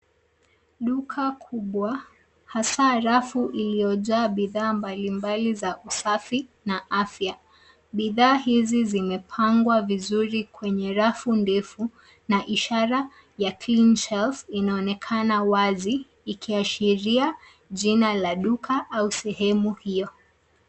Duka kubwa, hasa rafu iliyojaa bidhaa mbalimbali za usafi na afya. Bidhaa hizi zimepangwa vizuri kwenye rafu ndefu na ishara ya Cleanshelf inaonekana wazi ikiashiria jina la duka au sehemu hio.